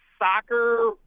soccer